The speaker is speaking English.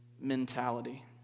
mentality